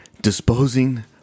disposing